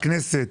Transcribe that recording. עם הכנסת,